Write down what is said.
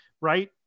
right